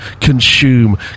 consume